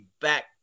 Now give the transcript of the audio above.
back